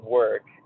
work